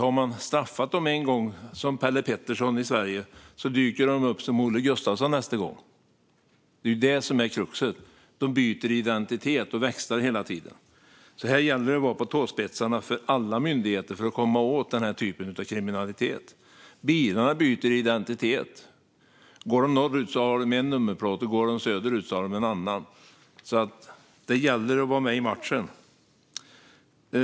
Om de har straffats en gång som Pelle Pettersson i Sverige dyker de upp som Olle Gustavsson nästa gång. Det är det som är kruxet. De byter identitet och växlar hela tiden. Här gäller det för alla myndigheter att vara på tåspetsarna för att komma åt denna typ av kriminalitet. Bilarna byter identitet. Om de går norrut har de en nummerplåt, och går de söderut har de en annan. Så det gäller att vara med i matchen.